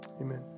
Amen